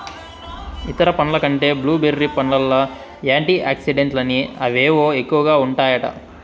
ఇతర పండ్ల కంటే బ్లూ బెర్రీ పండ్లల్ల యాంటీ ఆక్సిడెంట్లని అవేవో ఎక్కువగా ఉంటాయట